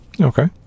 Okay